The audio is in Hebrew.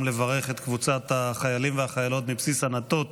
לברך את קבוצת החיילים והחיילות מבסיס ענתות,